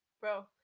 bro